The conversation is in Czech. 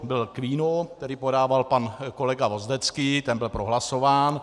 Byl k vínu, který podával pan kolega Vozdecký, ten byl prohlasován.